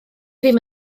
ddim